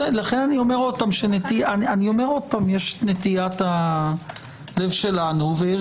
לכן אני אומר שוב - יש נטיית הלב שלנו ויש